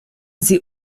sie